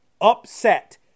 upset